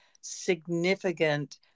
significant